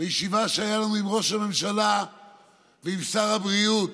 בישיבה שהייתה לנו עם ראש הממשלה ועם שר הבריאות: